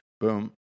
Boom